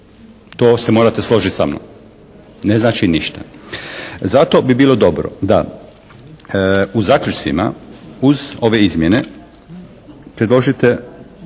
To se morate složiti sa mnom, ne znači ništa. Zato bi bilo dobro da u zaključcima uz ove izmjene predložite